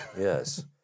yes